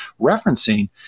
referencing